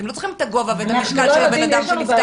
אתם לא צריכים את הגובה והמשקל של בן-אדם שנפטר.